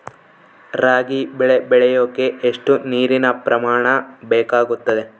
ರಾಗಿ ಬೆಳೆ ಬೆಳೆಯೋಕೆ ಎಷ್ಟು ನೇರಿನ ಪ್ರಮಾಣ ಬೇಕಾಗುತ್ತದೆ?